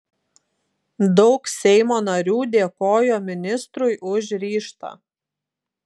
daug seimo narių dėkojo ministrui už ryžtą